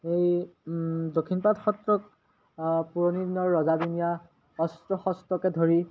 এই দক্ষিণপাট সত্ৰক পুৰণি দিনৰ ৰজাদিনীয়া অস্ত্ৰ শস্ত্ৰকে ধৰি